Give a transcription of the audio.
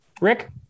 Rick